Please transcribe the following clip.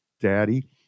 daddy